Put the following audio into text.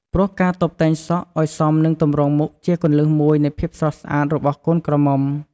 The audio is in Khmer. ព្រោះការតុបតែងសក់ឲ្យសមនឹងទំរង់មុខជាគន្លឹះមួយនៃភាពស្រស់ស្អាតរបស់កូនក្រមុំ។